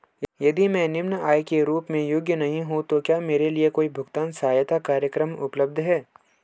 यदि मैं निम्न आय के रूप में योग्य नहीं हूँ तो क्या मेरे लिए कोई भुगतान सहायता कार्यक्रम उपलब्ध है?